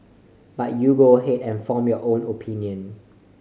but you go ahead and form your own opinion